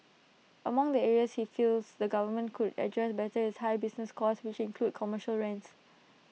among the areas he feels the government could address better is high business costs which include commercial rents